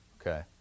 Okay